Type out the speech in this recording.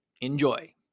enjoy